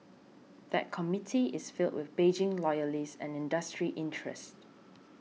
that committee is filled with Beijing loyalists and industry interests